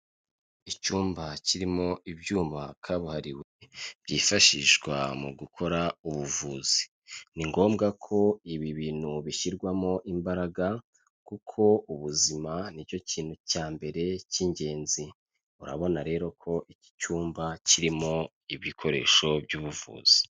Icyumba kirimo ibyuma kabuhariwe byifashishwa mu gukora ubuvuzi, ni ngombwa ko ibi bintu bishyirwamo imbaraga kuko ubuzima ni cyo kintu cya mbere cy'ingenzi, urabona rero ko iki cyumba kirimo ibikoresho by'ubuvuzi.